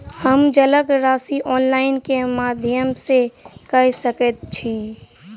हम जलक राशि ऑनलाइन केँ माध्यम सँ कऽ सकैत छी?